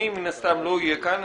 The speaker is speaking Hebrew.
אני מן הסתם לא אהיה כאן.